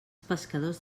pescadors